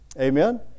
Amen